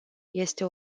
este